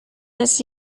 this